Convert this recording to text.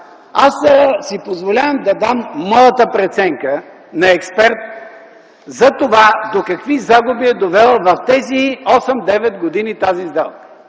аз си позволявам да дам моята преценка на експерт за това до какви загуби е довела в тези 8-9 години тази сделка.